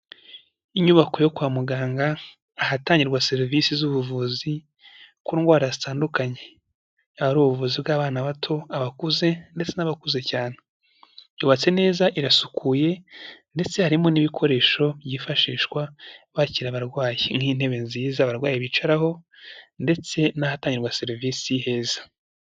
Inyubako yo kwa muganga ahatangirwa serivisi z'ubuvuzi ku ndwara zitandukanye, ari ubuvuzi bw'abana bato, abakuze, ndetse n'abakuze cyane, yubatse neza, irasukuye, ndetse harimo n'ibikoresho byifashishwa bakira abarwayi, nk'intebe nziza abarwayi bicaraho, ndetse n'ahatangirwa serivisi heza.